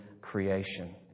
creation